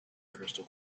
crystal